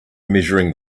measuring